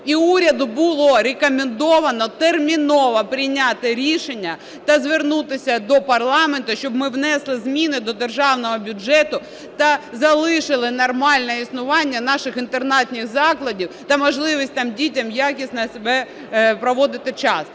І уряду було рекомендовано терміново прийняти рішення та звернутися до парламенту, щоб ми внесли зміни до державного бюджету та залишили нормальне існування наших інтернатних закладів та можливість там дітям якісно проводити час.